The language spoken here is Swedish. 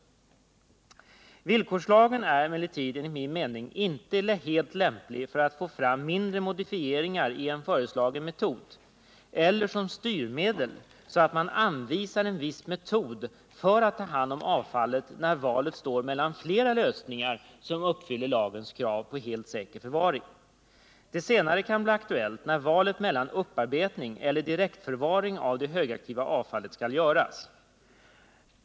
Villkorslagen är emellertid enligt min mening inte helt lämplig för att få fram mindre modifieringar i en föreslagen metod eller som styrmedel så att man anvisar en viss metod för att ta hand om avfallet när valet står mellan 55 flera lösningar som uppfyller lagens krav på helt säker förvaring. Det senare kan bli aktuellt när valet mellan upparbetning eller direktförvaring av det högaktiva avfallet skall göras.